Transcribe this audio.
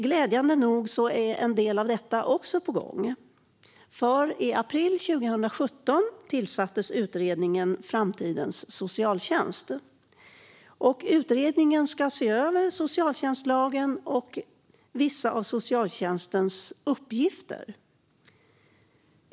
Glädjande nog är en del av detta också på gång. I april 2017 tillsattes nämligen utredningen Framtidens socialtjänst. Utredningen ska se över socialtjänstlagen och vissa av socialtjänstens uppgifter.